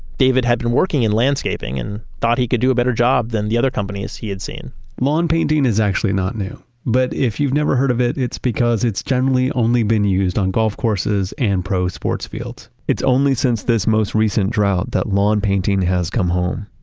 david had been working in landscaping and thought he could do a better job than the other companies he had seen lawn painting is actually not new but if you've never heard of it, it's because it's generally only been used on golf courses and pro sports fields. it's only since this most recent drought that lawn painting has come home